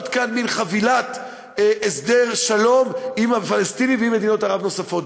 כאן מין חבילת הסדר שלום עם הפלסטינים ועם מדינות ערב נוספות.